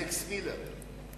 אלכס מילר.